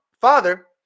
father